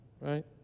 right